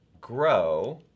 Grow